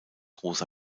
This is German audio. rosa